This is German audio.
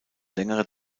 längere